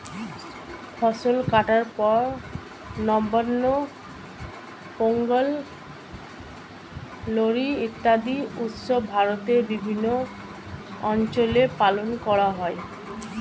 ফসল কাটার পর নবান্ন, পোঙ্গল, লোরী ইত্যাদি উৎসব ভারতের বিভিন্ন অঞ্চলে পালন করা হয়